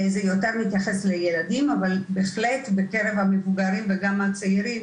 זה יותר מתייחס לילדים אבל בהחלט בקרב המבוגרים וגם הצעירים,